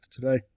today